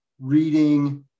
reading